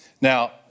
Now